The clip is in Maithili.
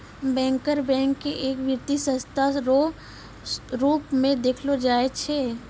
बैंकर बैंक के एक वित्तीय संस्था रो रूप मे देखलो जाय छै